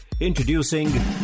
Introducing